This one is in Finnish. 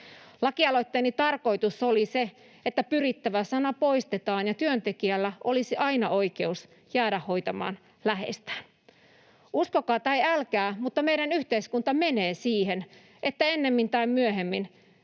Lakialoitteeni tarkoitus oli se, että sana ”pyrittävä” poistetaan ja työntekijällä olisi aina oikeus jäädä hoitamaan läheistään. Uskokaa tai älkää, mutta meidän yhteiskuntamme menee siihen, että ennemmin tai myöhemmin